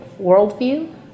worldview